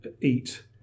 eat